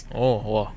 oh !wah!